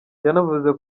yanavuze